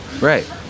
Right